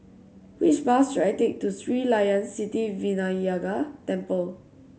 which bus should I take to Sri Layan Sithi Vinayagar Temple